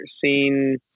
seen